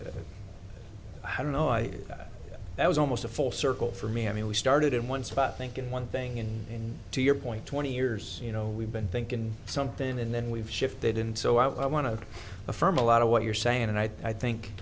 it i don't know i thought that was almost a full circle for me i mean we started in one spot thinking one thing and to your point twenty years you know we've been thinking something and then we've shifted into i want to affirm a lot of what you're saying and i think